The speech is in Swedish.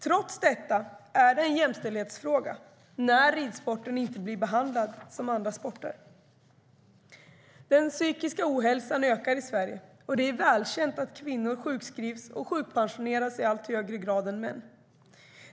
Trots detta blir det en jämställdhetsfråga när ridsporten inte behandlas som andra sporter. Den psykiska ohälsan ökar i Sverige, och det är välkänt att kvinnor sjukskrivs och sjukpensioneras i högre grad än män.